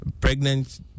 pregnant